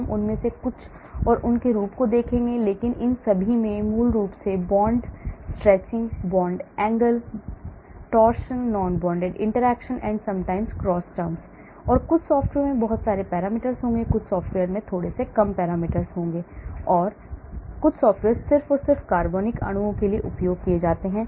हम उनमें से कुछ और उनके रूप को देखेंगे लेकिन उन सभी में मूल रूप से bond bond stretching bond angle torsion non bonded interaction and sometimes cross terms और कुछ सॉफ़्टवेयर में बहुत सारे पैरामीटर होंगे कुछ सॉफ़्टवेयर कम पैरामीटर होंगे कुछ सॉफ्टवेयर मुख्य रूप से कार्बनिक अणुओं के लिए उपयोग किए जाते हैं